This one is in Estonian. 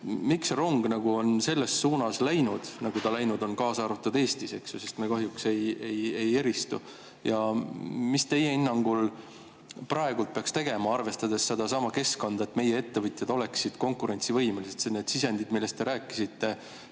miks see rong on selles suunas läinud, nagu ta läinud on, kaasa arvatud Eestis, sest me kahjuks ei eristu? Ja mis teie hinnangul praegu peaks tegema, arvestades sedasama keskkonda, et meie ettevõtjad oleksid konkurentsivõimelised? Need sisendid, millest te rääkisite